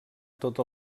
tot